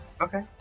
Okay